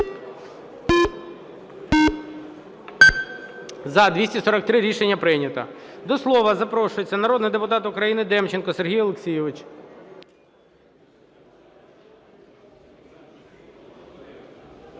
За-243 Рішення прийнято. До слова запрошується народний депутат України Демченко Сергій Олексійович.